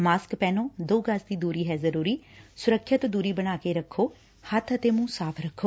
mask ਪਹਿਨੋ ਦੋ ਗਜ਼ ਦੀ ਦੁਰੀ ਹੈ ਜ਼ਰੁਰੀ ਸੁਰੱਖਿਅਤ ਦੂਰੀ ਬਣਾ ਕੇ ਰਖੋ ਹੱਬ ਅਤੇ ਮੁੰਹ ਸਾਫ਼ ਰੱਖੋ